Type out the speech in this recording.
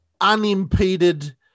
unimpeded